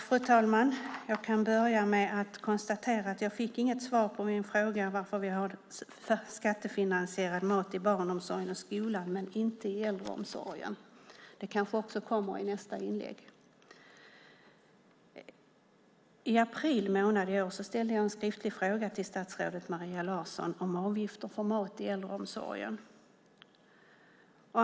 Fru talman! Låt mig börja med att konstatera att jag inte fick något svar på min fråga om varför vi har skattefinansierad mat i barnomsorgen och skolan men inte i äldreomsorgen. Det kanske också kommer i nästa inlägg. I april månad i år ställde jag en skriftlig fråga till statsrådet Maria Larsson om avgifter för mat i äldreomsorgen.